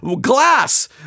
glass